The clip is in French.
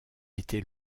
était